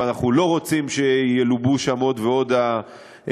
ואנחנו לא רוצים שילובו שם עוד ועוד היצרים